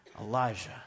Elijah